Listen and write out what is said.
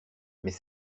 mais